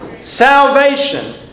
salvation